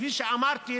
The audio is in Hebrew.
כפי שאמרתי,